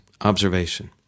observation